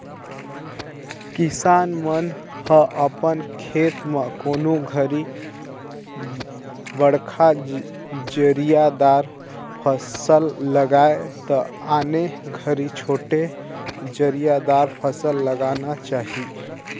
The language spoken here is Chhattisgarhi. किसान मन ह अपन खेत म कोनों घरी बड़खा जरिया दार फसल लगाये त आने घरी छोटे जरिया दार फसल लगाना चाही